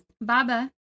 Baba